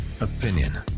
opinion